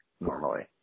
normally